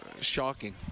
shocking